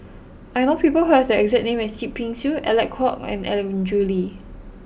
I know people who have the exact name as Yip Pin Xiu Alec Kuok and Andrew Lee